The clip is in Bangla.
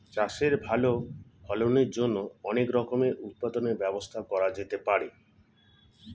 চাষে ভালো ফলনের জন্য অনেক রকমের উৎপাদনের ব্যবস্থা করা যেতে পারে